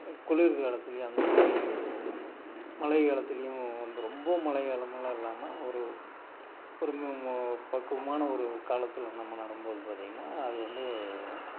குளிர் காலத்துலேயும் அந்த மாதிரி ஒரு மழை காலத்துலேயும் வந்து ரொம்ப மழை காலமெல்லாம் இல்லாமல் ஒரு ஒரு மு மோ பக்குவமான ஒரு காலத்தில் நம் நம்ம நடும் போது பார்த்தீங்கன்னா அது வந்து